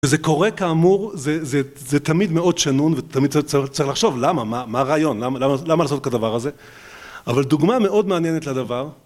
וזה קורה כאמור, זה תמיד מאוד שנון ותמיד צריך לחשוב למה, מה הרעיון, למה לעשות כדבר הזה אבל דוגמה מאוד מעניינת לדבר